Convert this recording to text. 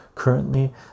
Currently